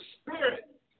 spirit